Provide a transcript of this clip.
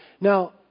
Now